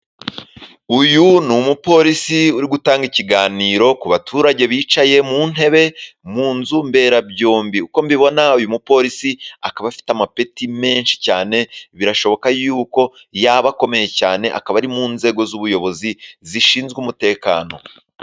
Uyu ni umupolisi uri gutanga ikiganiro ku baturage bicaye mu ntebe ,,mu nzu mberabyombi. Uko mbibona uyu mupolisi akaba afite amapeti menshi cyane . birashoboka yuko yaba akomeye cyane ,akaba ari mu nzego z'ubuyobozi zishinzwe umutekano.